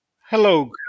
Hello